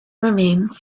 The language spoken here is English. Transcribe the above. remains